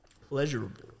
pleasurable